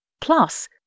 Plus